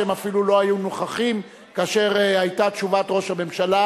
שהם אפילו לא היו נוכחים כאשר היתה תשובת ראש הממשלה